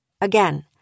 Again